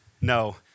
no